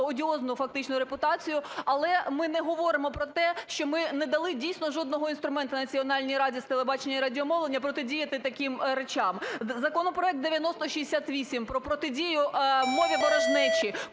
одіозну фактично репутацію, але ми не говоримо про те, що ми не дали, дійсно, жодного інструменту Національній раді з телебачення і радіомовлення протидіяти таким речам. Законопроект 9068 про протидію мові ворожнечі.